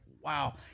wow